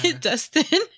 Dustin